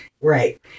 Right